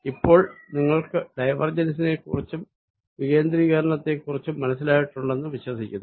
ഇപ്പോൾ നിങ്ങൾക്ക് ഡൈവർജൻസിനെക്കുറിച്ചും ഡൈവേർജിങ്ങിനെക്കുറിച്ചും മനസ്സിലായിട്ടുണ്ടെന്ന് വിശ്വസിക്കുന്നു